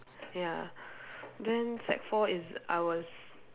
ya then sec four is I was